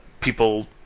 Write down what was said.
people